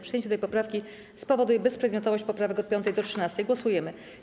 Przyjęcie tej poprawki spowoduje bezprzedmiotowość poprawek od 5. do 13. Głosujemy.